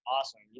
awesome